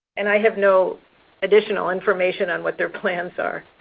and i have no additional information on what their plans are.